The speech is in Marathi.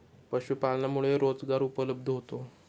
पशुपालनामुळे रोजगार उपलब्ध होतो